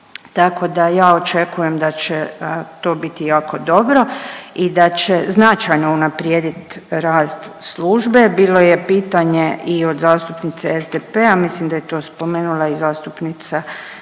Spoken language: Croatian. tako da ja očekujem da će to biti jako dobro i da će značajno unaprijedit rast službe. Bilo je pitanje i od zastupnice SDP-a, mislim da je to spomenula i zastupnica